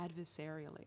adversarially